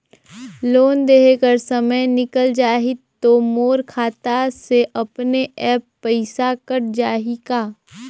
Loan देहे कर समय निकल जाही तो मोर खाता से अपने एप्प पइसा कट जाही का?